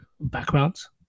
backgrounds